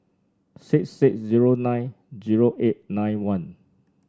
six six zero nine zero eight nine one